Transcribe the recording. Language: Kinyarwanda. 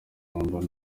mba